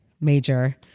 major